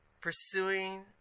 pursuing